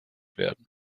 werden